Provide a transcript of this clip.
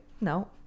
no